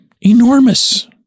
enormous